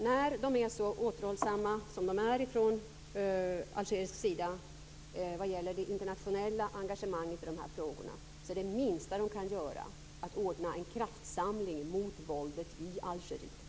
När de är så återhållsamma som de är ifrån algerisk sida vad gäller det internationella engagemanget i de här frågorna så är det minsta de kan göra att ordna en kraftsamling mot våldet i Algeriet.